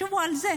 תקשיבו לזה.